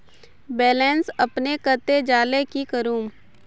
Balance अपने कते जाले की करूम?